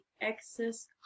excess